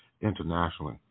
internationally